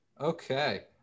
Okay